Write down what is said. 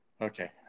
okay